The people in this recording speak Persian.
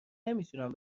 نمیتونم